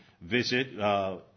visit